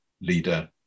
leader